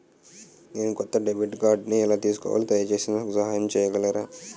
నేను కొత్త డెబిట్ కార్డ్ని ఎలా తీసుకోవాలి, దయచేసి నాకు సహాయం చేయగలరా?